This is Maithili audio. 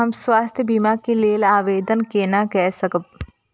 हम स्वास्थ्य बीमा के लेल आवेदन केना कै सकब?